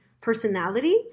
personality